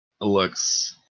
looks